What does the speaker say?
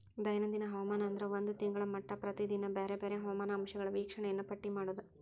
ದೈನಂದಿನ ಹವಾಮಾನ ಅಂದ್ರ ಒಂದ ತಿಂಗಳ ಮಟಾ ಪ್ರತಿದಿನಾ ಬ್ಯಾರೆ ಬ್ಯಾರೆ ಹವಾಮಾನ ಅಂಶಗಳ ವೇಕ್ಷಣೆಯನ್ನಾ ಪಟ್ಟಿ ಮಾಡುದ